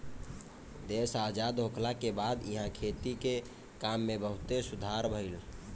देश आजाद होखला के बाद इहा खेती के काम में बहुते सुधार भईल